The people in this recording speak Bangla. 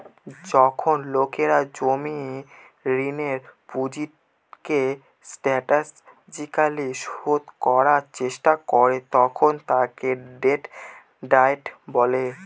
যখন লোকেরা জমির ঋণের পুঁজিকে স্ট্র্যাটেজিকালি শোধ করার চেষ্টা করে তখন তাকে ডেট ডায়েট বলে